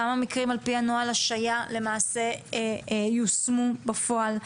כמה מקרים על פי נוהל השעיה יושמו בפועל,